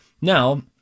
Now